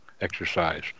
exercise